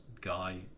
guy